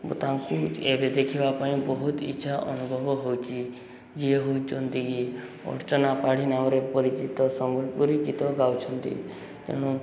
ତାଙ୍କୁ ଏବେ ଦେଖିବା ପାଇଁ ବହୁତ ଇଚ୍ଛା ଅନୁଭବ ହେଉଛି ଯିଏ ହେଉଛନ୍ତି କି ଅର୍ଚ୍ଚନା ପାଢ଼ୀ ନାମରେ ପରିଚିତ ସମ୍ବଲପୁରୀ ଗୀତ ଗାଉଛନ୍ତି ତେଣୁ